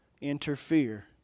interfere